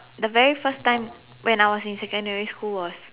the very time when I was in secondary school was